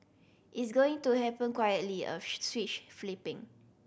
it's going to happen quietly a switch flipping